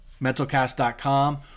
mentalcast.com